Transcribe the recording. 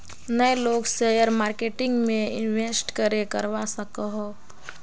नय लोग share marketing में इंवेस्ट करे करवा सकोहो?